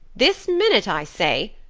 this minute, i say.